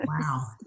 Wow